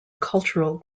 cultural